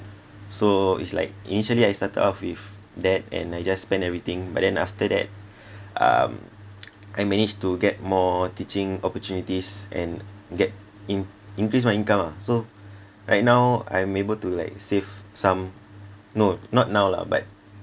so is like initially I started off with that and I just spent everything but then after that um I managed to get more teaching opportunities and get in~ increase my income ah so right now I'm able to like save some no not now lah but